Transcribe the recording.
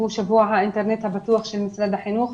שבוע האינטרנט הבטוח של משרד החינוך.